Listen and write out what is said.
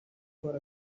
for